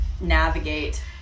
navigate